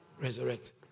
Resurrect